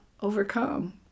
overcome